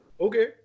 okay